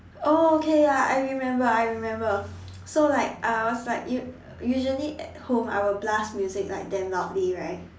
oh okay ya I remember I remember so like I was like u~ usually at home I will blast music like damn loudly right